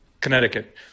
Connecticut